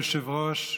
כבוד היושב-ראש,